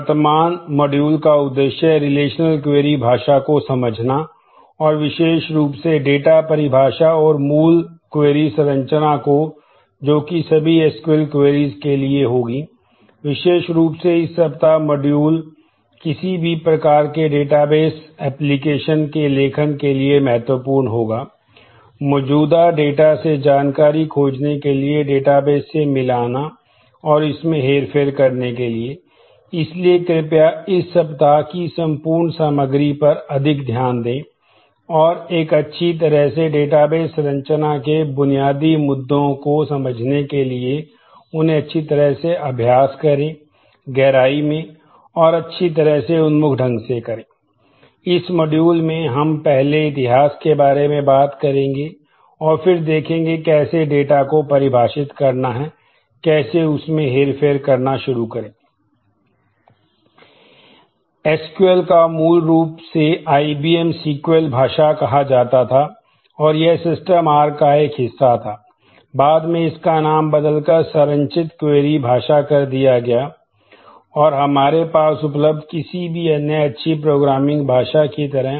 वर्तमान मॉड्यूल में हम पहले इतिहास के बारे में बात करेंगे और फिर देखेंगे कैसे डेटा को परिभाषित करना है और कैसे उनमें हेरफेर करना शुरू करें